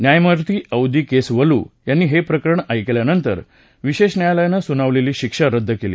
न्यायमूर्ती औदीकेसवलू यांनी हे प्रकरण ऐकल्यानंतर विशेष न्यायालयानं सुनावलेली शिक्षा रद्द केली